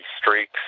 streaks